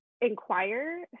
inquire